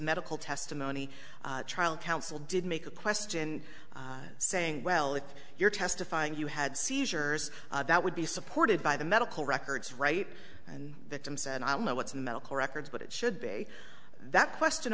medical testimony trial counsel did make a question saying well if you're testifying you had seizures that would be supported by the medical records right and victims and i don't know what's medical records but it should be that question